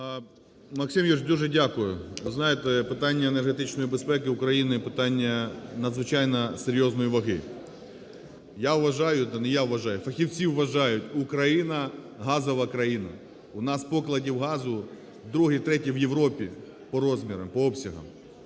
Максим Юрійович, дуже дякую. Ви знаєте, питання енергетичної безпеки України – питання надзвичайно серйозної ваги. Я вважаю, да не я вважаю, фахівці вважають: Україна – газова країна, у нас поклади газу другі, треті в Європі по розмірам, по обсягам.